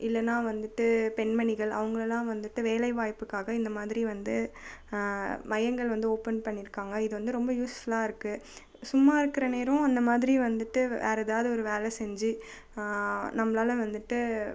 இல்லைன்னா வந்துட்டு பெண்மணிகள் அவங்களலாம் வந்துட்டு வேலைவாய்ப்புக்காக இந்தமாதிரி வந்து மையங்கள் வந்து ஓப்பன் பண்ணியிருக்காங்க இது வந்து ரொம்ப யூஸ்ஃபுல்லாக இருக்கு சும்மா இருக்கிற நேரம் அந்த மாதிரி வந்துட்டு வேற எதாவது ஒரு வேலை செஞ்சு நம்மளால் வந்துட்டு